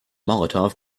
molotov